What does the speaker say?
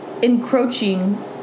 encroaching